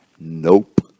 Nope